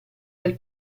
del